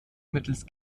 mittels